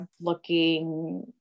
looking